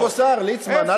יש פה שר, ליצמן.